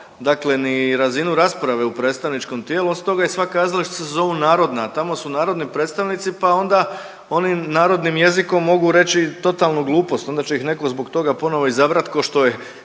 ni razinu rasprave u predstavničkom tijelu, osim toga i sva kazališta se zovu narodna, a tamo su narodni predstavnici pa onda oni narodnim jezikom mogu reći totalnu glupost, onda će ih neko zbog toga ponovo izabrat ko što je